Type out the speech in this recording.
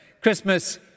Christmas